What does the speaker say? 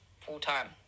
full-time